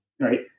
right